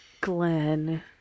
Glenn